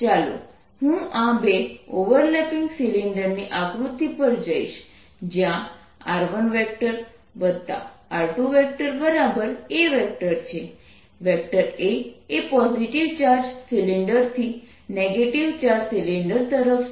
ચાલો હું આ 2 ઓવરલેપિંગ સિલિન્ડરની આકૃતિ પર જઈશ જ્યાં r1r2a છે a એ પોઝિટિવ ચાર્જ સિલિન્ડરથી નેગેટીવ ચાર્જ સિલિન્ડર તરફ છે